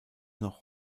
noch